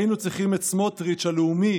היינו צריכים את סמוטריץ' הלאומי